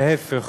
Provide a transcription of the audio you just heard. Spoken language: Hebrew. להפך.